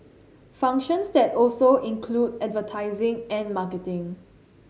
functions that also include advertising and marketing